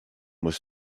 was